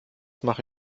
mache